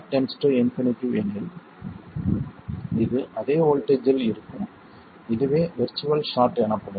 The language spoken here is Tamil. Ao ∞ எனில் இது அதே வோல்ட்டேஜ் இல் இருக்கும் இதுவே விர்ச்சுவல் ஷார்ட் எனப்படும்